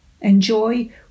Enjoy